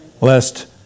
Lest